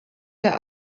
der